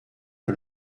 que